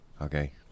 Okay